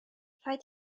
rhaid